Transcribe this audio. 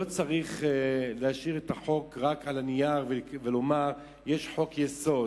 לא צריך להשאיר את החוק רק על הנייר ולומר: יש חוק-יסוד.